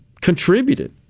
contributed